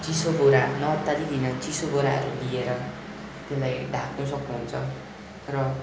चिसो बोरा न अत्तालीकन चिसो बोराहरू लिएर त्यसलाई ढाक्नु सक्नु हुन्छ र